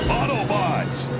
Autobots